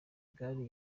gare